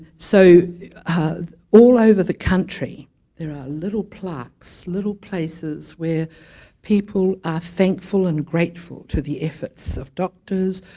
so all over the country there are little plaques, little places where people are thankful and grateful to the efforts of doctors,